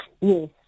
Yes